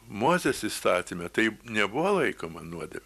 mozės įstatyme tai nebuvo laikoma nuodėme